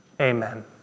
Amen